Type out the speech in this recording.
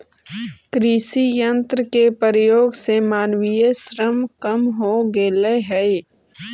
कृषि यन्त्र के प्रयोग से मानवीय श्रम कम हो गेल हई